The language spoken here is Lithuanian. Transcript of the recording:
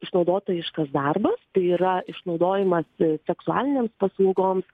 išnaudotojiškas darbas tai yra išnaudojimas seksualinėms paslaugoms